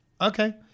Okay